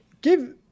Give